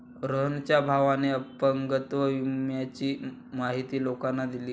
रोहनच्या भावाने अपंगत्व विम्याची माहिती लोकांना दिली